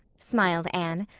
smiled anne.